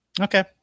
Okay